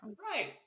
Right